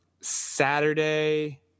saturday